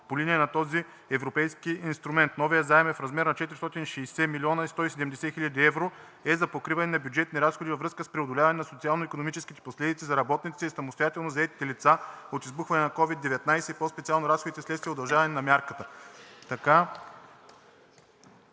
по линия на този Европейски инструмент. Новият заем в размер на 460 милиона 170 хиляди евро е за покриване на бюджетни разходи във връзка с преодоляване на социално-икономическите последици за работниците и самостоятелно заетите лица от избухването на COVID-19 и по-специално разходите вследствие на удължаване на мярката.